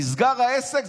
נסגר העסק?